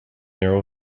narrow